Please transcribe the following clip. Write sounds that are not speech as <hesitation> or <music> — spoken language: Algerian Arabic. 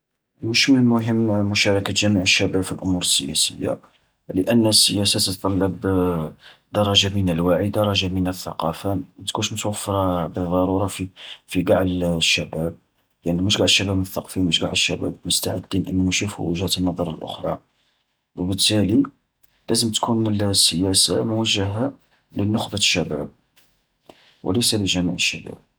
مش من المهم <hesitation> مشاركة جميع الشباب في الأمور السياسية، لأن السياسة تتطلب <hesitation> درجة من الوعي درجة من الثقافة، ماتكونش متوفرة بالضرورة في قع الشباب. يعني مش قع الشباب متثقفين، مش قع الشباب مستعدين أنو يشوفو وجهة النظر الأخرى. و بالتالي لازم تكون السياسة موجهة للنخبة الشباب وليس لجميع الشباب.